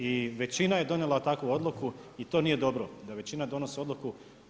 I većina je donijela takvu odluku i to nije dobro, da većina donosi odluku.